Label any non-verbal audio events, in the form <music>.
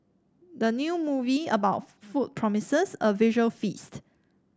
the new movie about <unintelligible> food promises a visual feast